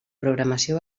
programació